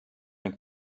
ning